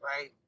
right